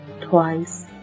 twice